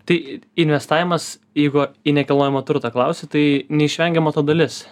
tai investavimas jeigu į nekilnojamą turtą klausi tai neišvengiama to dalis